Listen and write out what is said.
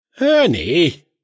Ernie